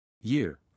Year